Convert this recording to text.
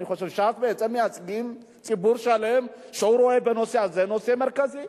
אני חושב שש"ס מייצגים ציבור שרואה בנושא הזה נושא מרכזי.